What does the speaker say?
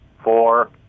Four